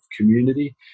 community